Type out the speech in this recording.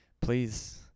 please